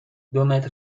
دومتر